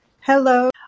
Hello